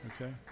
Okay